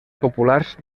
populars